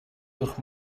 durch